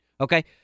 Okay